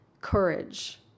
courage